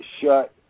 shut